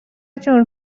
جون